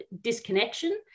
disconnection